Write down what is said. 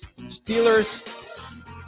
Steelers